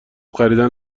خریدن